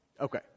Okay